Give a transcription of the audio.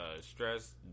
stress